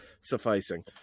sufficing